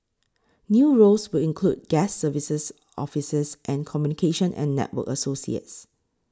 new roles will include guest services officers and communication and network associates